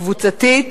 קבוצתית